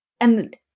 And-